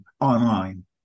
online